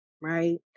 right